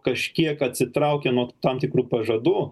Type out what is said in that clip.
kažkiek atsitraukė nuo tam tikrų pažadų